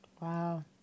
wow